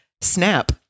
snap